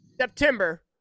September